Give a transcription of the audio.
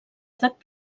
edat